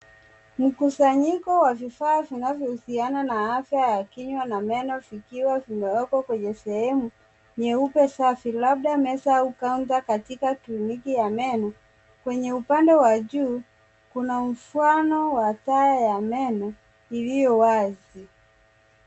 Mkusanyiko wa vifaa vinavyo husiana na afya ya kinywa na meno vikiwa vimewekwa kwenye sehemu nyeupe safi labda meza au kaunta katika kliniki ya meno. Kwenye upande wa juu kuna mfano wa taa ya meno ilio wazi.